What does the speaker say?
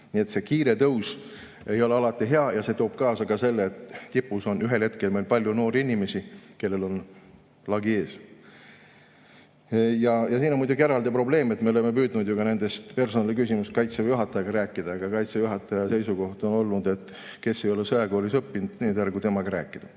Nii et kiire tõus ei ole alati hea. Ja see toob kaasa ka selle, et tipus on meil ühel hetkel palju noori inimesi, kellel on lagi ees. Ja siin on eraldi probleem see, et me oleme püüdnud nendest personaliküsimustest Kaitseväe juhatajaga rääkida, aga Kaitseväe juhataja seisukoht on olnud, et kes ei ole sõjakoolis õppinud, need ärgu temaga rääkigu.